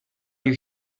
you